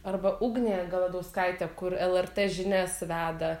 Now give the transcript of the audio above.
arba ugnė galadauskaitė kur lrt žinias veda